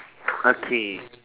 okay